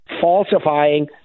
falsifying